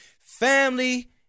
family